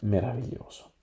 Meraviglioso